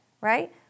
Right